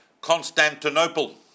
Constantinople